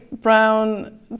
Brown